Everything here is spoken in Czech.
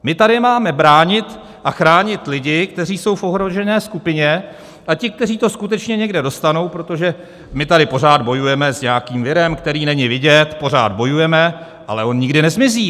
My tady máme bránit a chránit lidi, kteří jsou v ohrožené skupině, a ti, kteří to skutečně někde dostanou, protože my tady pořád bojujeme s nějakým virem, který není vidět, pořád bojujeme, ale on nikdy nezmizí.